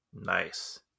nice